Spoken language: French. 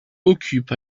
occupe